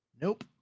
Nope